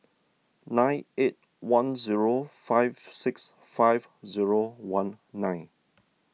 nine eight one zero five six five zero one nine